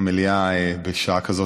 המליאה בשעה כזו,